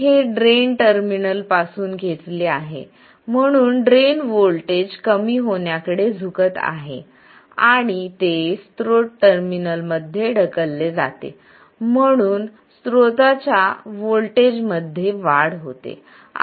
हे ड्रेन टर्मिनलमधून खेचले आहे म्हणून ड्रेन व्होल्टेज कमी होण्याकडे झुकत आहे आणि ते स्त्रोत टर्मिनलमध्ये ढकलले जाते म्हणून स्त्रोताच्या व्होल्टेज मध्ये वाढ होते